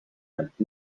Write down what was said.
ajalt